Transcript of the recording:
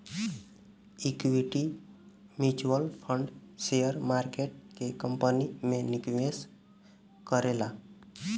equity mutual fund share market के company में निवेश करेला